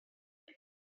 era